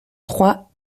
trois